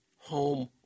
home